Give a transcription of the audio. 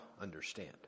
understand